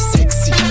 Sexy